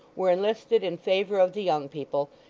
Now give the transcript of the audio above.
were enlisted in favour of the young people,